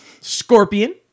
Scorpion